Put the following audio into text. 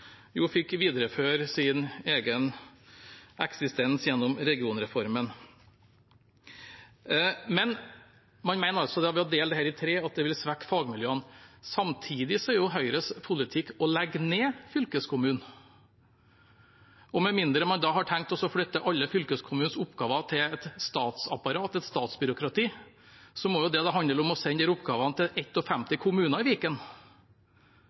jo fikk videreføre sin egen eksistens gjennom regionreformen. Man mener altså at det å dele Viken i tre vil svekke fagmiljøene. Samtidig er Høyres politikk å legge ned fylkeskommunen. Med mindre man da har tenkt å flytte alle fylkeskommunens oppgaver til et statsapparat, et statsbyråkrati, må det jo handle om å sende disse oppgavene til 51 kommuner i Viken.